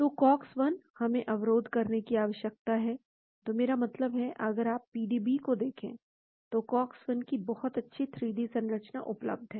तो कॉक्स 1 हमें अवरोध करने की आवश्यकता है तो मेरा मतलब है अगर आप पीडीबी को देखें तो कॉक्स 1 की बहुत अच्छी 3 डी संरचना उपलब्ध हैं